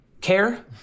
care